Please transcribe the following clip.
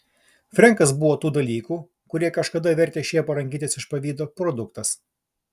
frenkas buvo tų dalykų kurie kažkada vertė šėpą rangytis iš pavydo produktas